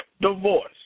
Divorce